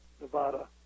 Nevada